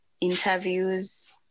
interviews